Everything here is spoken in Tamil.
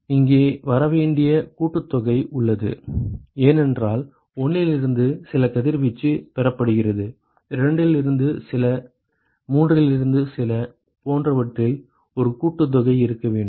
இங்கே வர வேண்டிய கூட்டுத்தொகை உள்ளது ஏனென்றால் 1 இலிருந்து சில கதிர்வீச்சு பெறப்படுகிறது 2 இல் இருந்து சில 3 இல் இருந்து சில போன்றவற்றில் ஒரு கூட்டுத்தொகை இருக்க வேண்டும்